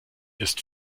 ist